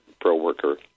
pro-worker